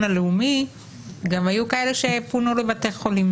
הלאומי גם היו כאלה שפונו לבתי חולים.